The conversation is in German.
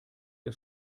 der